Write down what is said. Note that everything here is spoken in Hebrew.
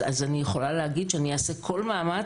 אז אני יכולה להגיד שאני אעשה כל מאמץ